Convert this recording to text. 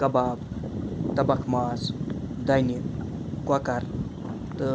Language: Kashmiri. کَباب تَبَکھ ماز دَنہِ کۄکَر تہٕ